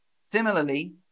Similarly